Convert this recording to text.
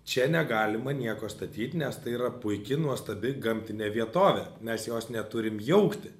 čia negalima nieko statyt nes tai yra puiki nuostabi gamtinė vietovė mes jos neturim jaukti